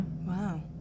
Wow